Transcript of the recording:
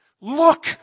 Look